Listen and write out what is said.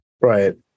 right